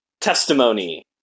testimony